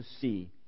see